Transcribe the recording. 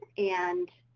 and